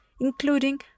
including